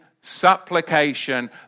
supplication